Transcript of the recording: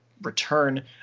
return